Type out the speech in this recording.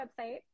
website